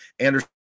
Anderson